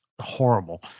horrible